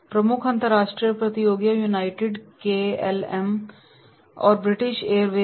प्रमुख अंतरराष्ट्रीय प्रतियोगी यूनाइटेड केएलएम और ब्रिटिश एयरवेज हैं